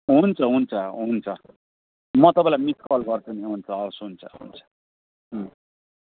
हुन्छ हुन्छ हुन्छ म तपाईँलाई मिस्ड कल गर्छु नि हुन्छ हवस् हुन्छ हुन्छ